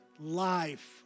life